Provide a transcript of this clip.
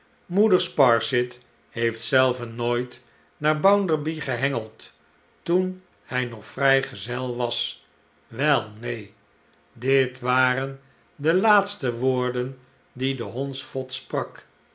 moeder sparsit heeft zelve nooit naar bounderby gehengeld toen hij nog vrygezel was wel neen dit waren de laatste woorden die de hondsvot sprak